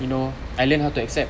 you know I learnt how to accept